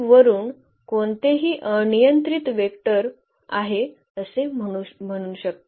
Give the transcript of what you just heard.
वरून कोणतेही अनियंत्रित वेक्टर आहे असे म्हणून शकतो